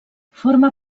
forma